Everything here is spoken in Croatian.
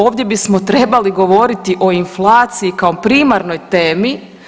Ovdje bismo trebali govoriti o inflaciji kao primarnoj temi.